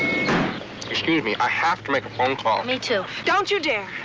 excuse me. i have to make a phone call. me too. don't you dare!